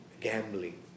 gambling